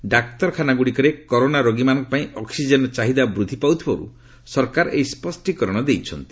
ଡାକ୍ତରଖାନାଗୁଡ଼ିକରେ corona ରୋଗୀମାନଙ୍କ ପାଇଁ oxygen ଚାହିଦା ବୃଦ୍ଧି ପାଉଥିବାରୁ ସରକାର ଏହି ସ୍ୱଷ୍ଟୀକରଣ ଦେଇଛନ୍ତି